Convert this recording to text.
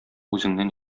үзеңнән